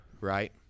right